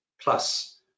plus